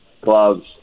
gloves